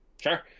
Sure